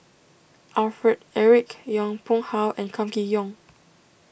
Alfred Eric Yong Pung How and Kam Kee Yong